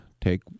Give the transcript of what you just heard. Take